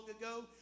ago